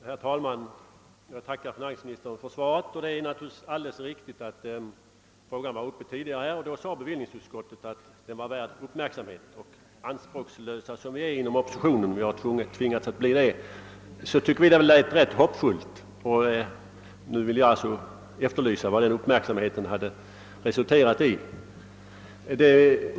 Herr talman! Jag tackar finansministern för svaret. Det är alldeles riktigt att frågan har varit uppe tidigare och att bevillningsutskottet då sade att den var värd uppmärksamhet. Anspråkslösa som vi är inom oppositionen — vi har tvingats att bli det — tyckte jag att detta lät rätt hoppingivande. Nu vill jag alltså efterlysa vad denna uppmärksamhet har resulterat i.